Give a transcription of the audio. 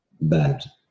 bad